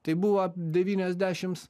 tai buvo devyniasdešims